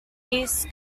east